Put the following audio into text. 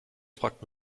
fragt